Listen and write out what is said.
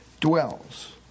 dwells